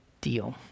deal